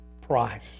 price